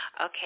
Okay